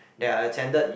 that I attended in